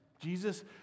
Jesus